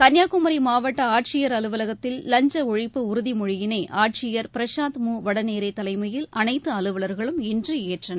கள்ளியாகுமரி மாவட்ட ஆட்சியர் அலுவலகத்தில் லஞ்சலழிப்பு உறுதி மொழியினை ஆட்சியர் பிரசாந்த் மூ வடநேரே தலைமையில் அனைத்து அலுவலர்களும் இன்று ஏற்றனர்